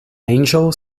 angel